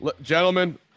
Gentlemen